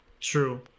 true